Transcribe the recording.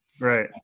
right